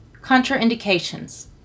Contraindications